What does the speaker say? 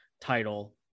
title